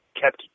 kept